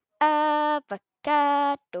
avocado